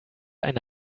eine